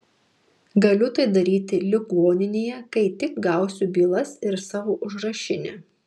galiu tai daryti ligoninėje kai tik gausiu bylas ir savo užrašinę